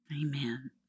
Amen